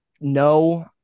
No